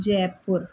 Jaipur